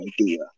idea